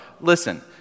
listen